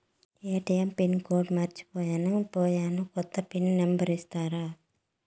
ATM pin మర్చిపోయాను పోయాను, కొత్త పిన్ నెంబర్ సెప్తారా?